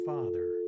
Father